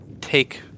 take